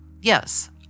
Yes